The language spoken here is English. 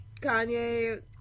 Kanye